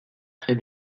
très